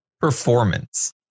performance